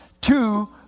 Two